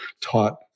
taught